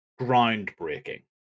groundbreaking